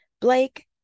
Blake